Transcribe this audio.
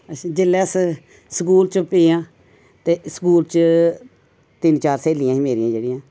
जेल्लै अस स्कूल च पे आं ते स्कूल च तिन चार स्हेलियां हियां मेरियां जेह्ड़ियां